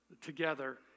together